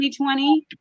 2020